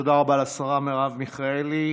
תודה רבה לשרה מרב מיכאלי.